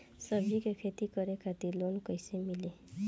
सब्जी के खेती करे खातिर लोन कइसे मिली?